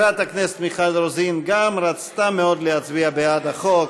חברת הכנסת מיכל רוזין גם רצתה מאוד להצביע בעד החוק,